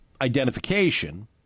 identification